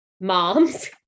moms